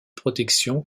protection